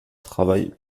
travaille